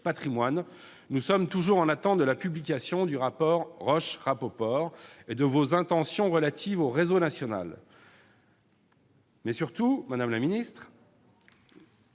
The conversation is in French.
nous sommes toujours en attente de la publication du rapport Roche-Rapoport et de vos intentions relatives au réseau national. Surtout, madame la ministre,